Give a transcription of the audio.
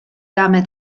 saame